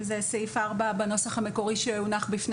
אם זה סעיף 4 בנוסח המקורי שהונח בפני